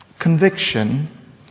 conviction